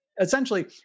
Essentially